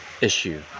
Issue